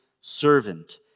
servant